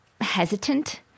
hesitant